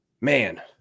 man